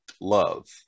love